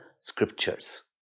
scriptures